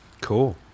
Cool